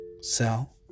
sell